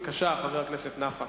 בבקשה, חבר הכנסת נפאע.